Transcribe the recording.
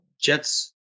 Jets